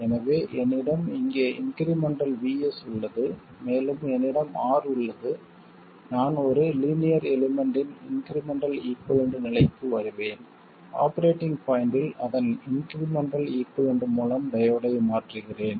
எனவே என்னிடம் இங்கே இன்க்ரிமெண்ட்டல் VS உள்ளது மேலும் என்னிடம் R உள்ளது நான் ஒரு லீனியர் எலிமெண்ட்டின் இன்க்ரிமெண்ட்டல் ஈகுய்வலன்ட் நிலைக்கு வருவேன் ஆபரேட்டிங் பாய்ண்டில் அதன் இன்க்ரிமெண்ட்டல் ஈகுய்வலன்ட் மூலம் டையோடை மாற்றுகிறேன்